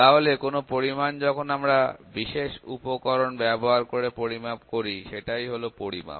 তাহলে কোন পরিমাণ যখন আমরা বিশেষ উপকরণ ব্যবহার করে পরিমাপ করি সেটাই হলো পরিমাপ